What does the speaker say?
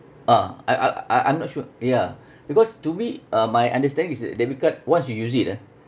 ah I I I I'm not sure ya because to me um my understanding is uh debit card once you use it ah